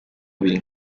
abiri